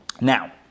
Now